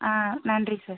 ஆ நன்றி சார்